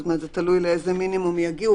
זאת אומרת שזה תלוי לאיזה מינימום יגיעו,